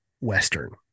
Western